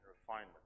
refinement